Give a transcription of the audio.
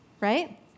right